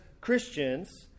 Christians